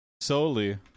solely